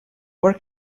where